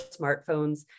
smartphones